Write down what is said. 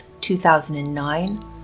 2009